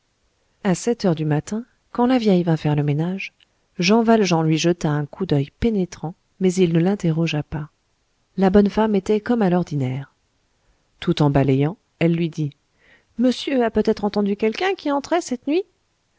à sept heures du matin quand la vieille vint faire le ménage jean valjean lui jeta un coup d'oeil pénétrant mais il ne l'interrogea pas la bonne femme était comme à l'ordinaire tout en balayant elle lui dit monsieur a peut-être entendu quelqu'un qui entrait cette nuit